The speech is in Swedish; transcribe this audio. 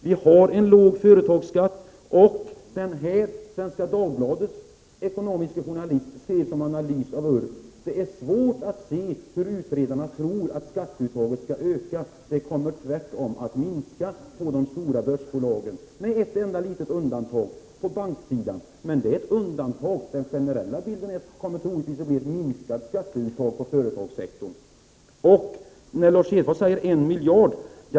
Vi har en låg företagsskatt. Svenska Dagbladets ekonomiske journalist skrev som analys av URF: ”Det är svårt att se hur utredarna tror att skatteuttaget skall öka. Det kommer tvärtom att minska på de stora börsbolagen.” Med ett enda litet undantag: på banksidan. Men det är alltså ett undantag. Den generella bilden kommer troligtvis att bli ett minskat skatteuttag på företagssektorn. Lars Hedfors talar om 1 miljard.